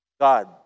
God